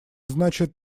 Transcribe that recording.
значит